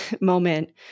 moment